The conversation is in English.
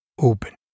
open